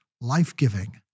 life-giving